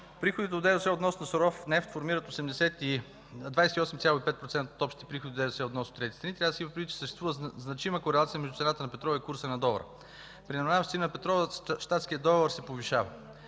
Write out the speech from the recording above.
Приходите от ДДС относно суров нефт формират 28,5% от общите приходи от ДДС от внос от трети страни. Трябва да се има предвид, че съществува значима корелация между цената на петрола и курса на долара. При намаляващи цени на петрола щатският долар се повишава.